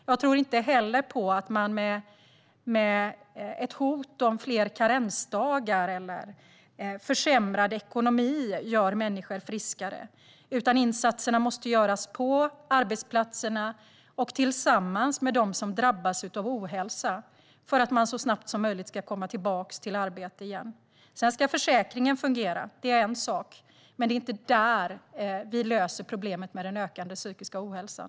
Jag tror inte heller på att man med ett hot om fler karensdagar eller försämrad ekonomi gör människor friskare, utan insatserna måste göras på arbetsplatserna och tillsammans med dem som drabbas av ohälsa för att man så snabbt som möjligt ska komma tillbaka till arbete igen. Sedan ska försäkringen fungera - det är en sak - men det är inte där vi löser problemet med den ökande psykiska ohälsan.